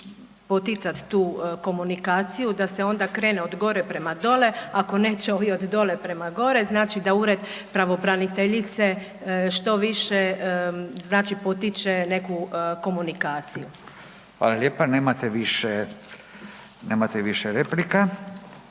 poticati tu komunikaciju da se onda krene od gore prema dole, ako neće ovi od dole prema gore, znači da ured pravobraniteljice što više znači potiče neku komunikaciju. **Radin, Furio